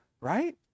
right